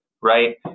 right